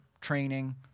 training